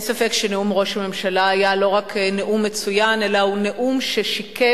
אין ספק שנאום ראש הממשלה היה לא רק נאום מצוין אלא הוא נאום ששיקף